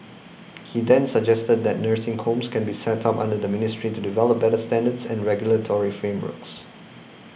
he then suggested that nursing homes can be set up under the ministry to develop better standards and regulatory frameworks